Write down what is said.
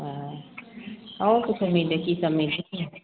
अऽ आओर कुछो मिलय की सब मिलय